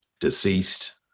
deceased